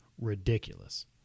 ridiculous